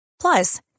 Plus